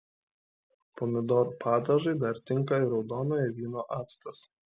pomidorų padažui dar tinka ir raudonojo vyno actas